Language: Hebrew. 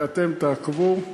ואתם תעקבו,